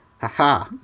Haha